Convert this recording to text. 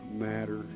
matter